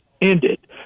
ended